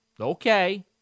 okay